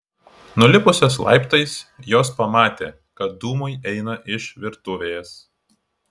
nulipusios laiptais jos pamatė kad dūmai eina iš virtuvės